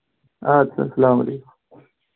ادسا اسلامُ علیکُم